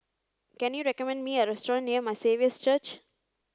can you recommend me a restaurant near My Saviour's Church